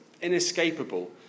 inescapable